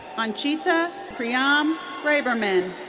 anchita pryam raybarman.